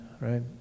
right